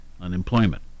unemployment